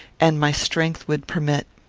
and my strength would permit.